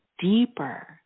Deeper